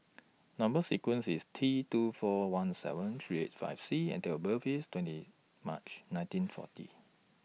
Number sequence IS T two four one seven three eight five C and Date of birth IS twenty March nineteen forty